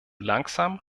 langsam